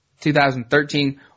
2013